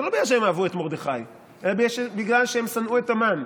זה לא בגלל שהם אהבו את מרדכי אלא בגלל שהם שנאו את המן.